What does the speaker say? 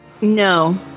No